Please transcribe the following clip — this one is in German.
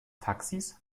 taxis